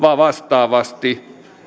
vastaavasti